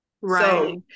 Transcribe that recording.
right